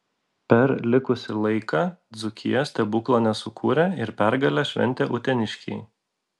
per likusį laiką dzūkija stebuklo nesukūrė ir pergalę šventė uteniškiai